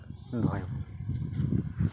ᱦᱤᱡᱩᱜ ᱟᱭ